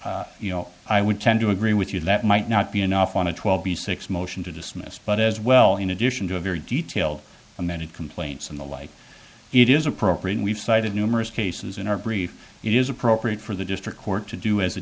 bones i would tend to agree with you that might not be enough on a twelve b six motion to dismiss but as well in addition to a very detailed amended complaints and the like it is appropriate and we've cited numerous cases in our brief it is appropriate for the district court to do as